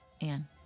Anne